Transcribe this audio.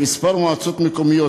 בכמה מועצות מקומיות,